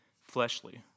fleshly